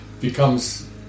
becomes